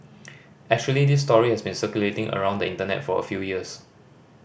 actually this story has been circulating around the Internet for a few years